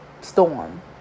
storm